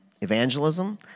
evangelism